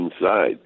inside